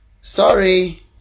sorry